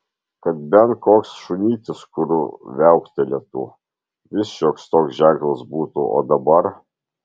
kad bent koks šunytis kur viauktelėtų vis šioks toks ženklas būtų o dabar